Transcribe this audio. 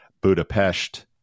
Budapest